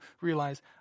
realize